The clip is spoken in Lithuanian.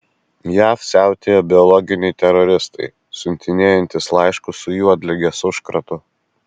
jav siautėja biologiniai teroristai siuntinėjantys laiškus su juodligės užkratu